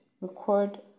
record